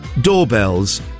doorbells